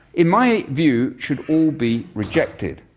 in my view should all be rejected.